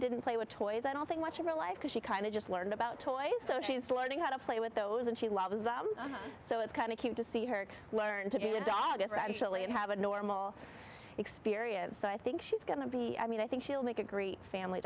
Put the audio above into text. didn't play with toys i don't think much of her life because she kind of just learned about toys so she's learning how to play with those and she loves them so it's kind of cute to see her learn to be a dog actually and have a normal experience so i think she's going to be i mean i think she'll make a great family